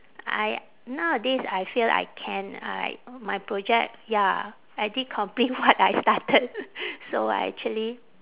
I nowadays I feel I can I my project ya I did complete what I started so I actually